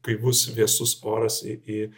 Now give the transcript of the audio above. kai bus vėsus oras į į